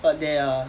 per day ah